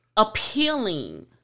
Appealing